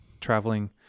traveling